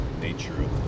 nature